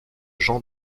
jean